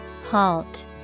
Halt